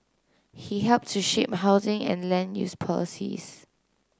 he helped to shape housing and land use policies